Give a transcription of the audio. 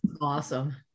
Awesome